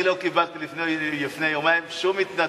אני לא קיבלתי לפני יומיים שום התנצלות.